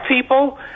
people